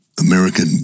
American